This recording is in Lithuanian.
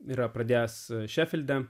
yra pradėjęs šefilde